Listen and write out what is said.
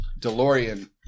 delorean